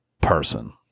person